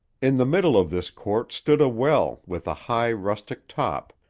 in the middle of this court stood a well with a high rustic top,